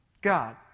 God